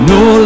no